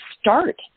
start